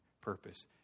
purpose